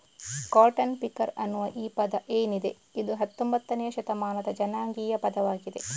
cotton picker ಅನ್ನುವ ಈ ಪದ ಏನಿದೆ ಇದು ಹತ್ತೊಂಭತ್ತನೇ ಶತಮಾನದ ಜನಾಂಗೀಯ ಪದವಾಗಿದೆ